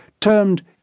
termed